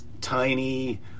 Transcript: tiny